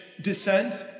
descent